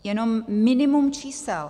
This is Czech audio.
Jenom minimum čísel.